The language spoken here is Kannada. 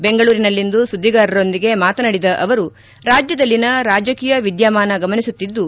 ಬೆಂಗಳೂರಿನಲ್ಲಿಂದು ಸುದ್ದಿಗಾರರೊಂದಿಗೆ ಮಾತನಾಡಿದ ಅವರು ರಾಜ್ಯದಲ್ಲಿನ ರಾಜಕೀಯ ವಿದ್ಯಮಾನ ಗಮನಿಸುತ್ತಿದ್ದು